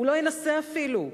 הוא לא ינסה אפילו.